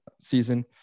season